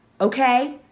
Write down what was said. Okay